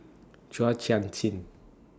Chua Chin Sian